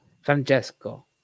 Francesco